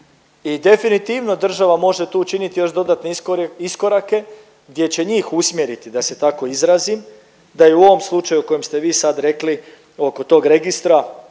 I definitivno država može tu učiniti još dodatne iskorake gdje će njih usmjeriti da se tako izrazim da i u ovom slučaju o kojem ste vi sad rekli oko tog registra